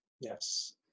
Yes